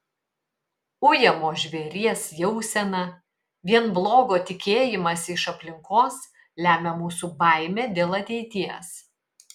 ujamo žvėries jauseną vien blogo tikėjimąsi iš aplinkos lemia mūsų baimė dėl ateities